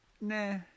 Nah